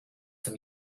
zum